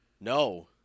No